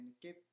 give